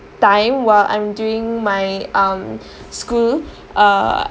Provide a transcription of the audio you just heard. time while I'm doing my um school uh